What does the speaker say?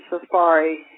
safari